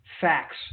facts